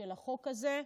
החוק הזה.